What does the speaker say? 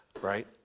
right